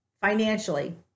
financially